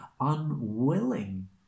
Unwilling